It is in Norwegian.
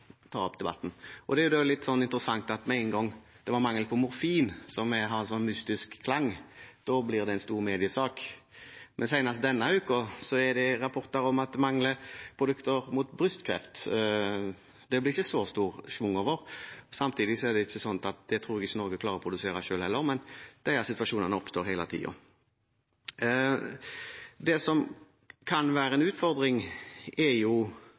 ta opp debatten. Det er jo litt interessant at med en gang det er mangel på morfin – som har slik mystisk klang – blir det en stor mediesak. Men senest denne uken har det vært rapporter om at det mangler produkter mot brystkreft – det blir det ikke så stor schwung over. Samtidig er det slik at det tror jeg ikke Norge klarer å produsere selv heller, men disse situasjonene oppstår hele tiden. Det som kan være en utfordring, er: